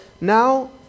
Now